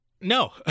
No